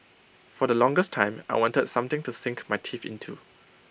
for the longest time I wanted something to sink my teeth into